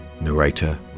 Narrator